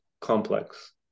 complex